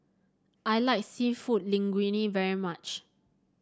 I like seafood Linguine very much